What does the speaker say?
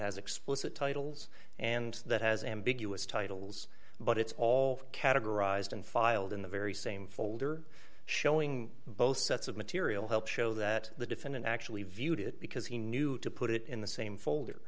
has explicit titles and that has ambiguous titles but it's all categorized and filed in the very same folder showing both sets of material help show that the defendant actually viewed it because he knew to put it in the same folder